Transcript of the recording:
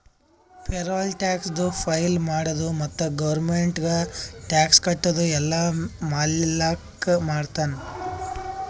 payroll ಟ್ಯಾಕ್ಸದು file ಮಾಡದು ಮತ್ತ ಗೌರ್ಮೆಂಟ್ಗ ಟ್ಯಾಕ್ಸ್ ಕಟ್ಟದು ಎಲ್ಲಾ ಮಾಲಕ್ ಮಾಡ್ತಾನ್